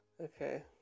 Okay